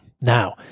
Now